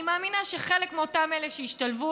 אני מאמינה שחלק מאותם אלה שישתלבו,